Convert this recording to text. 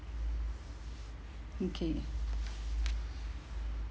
okay